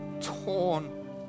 torn